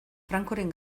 francoren